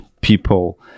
people